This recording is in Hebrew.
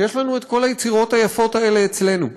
שיש לנו את כל היצירות היפות האלה אצלנו.